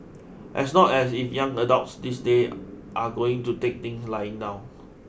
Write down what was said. as not as if young adults these days are going to take things lying down